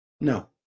no